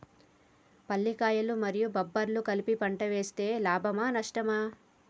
పల్లికాయలు మరియు బబ్బర్లు కలిపి పంట వేస్తే లాభమా? నష్టమా?